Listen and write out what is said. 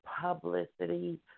publicity